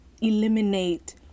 eliminate